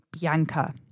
Bianca